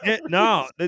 no